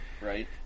Right